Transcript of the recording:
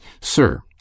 Sir